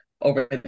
over